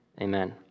amen